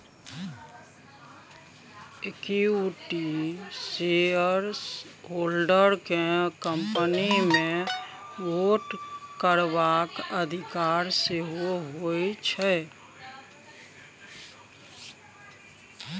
equity shareholders केँ company मे vote करबाक अधिकार सेहो होइ छै